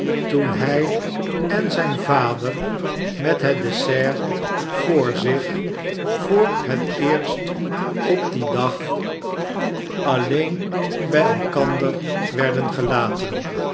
toen hij en zijn vader met het dessert voor zich voor het eerst op dien dag alleen bij elkander werden gelaten